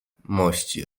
mości